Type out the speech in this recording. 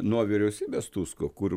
nuo vyriausybės tusko kur